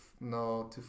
no